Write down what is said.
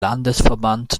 landesverband